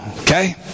okay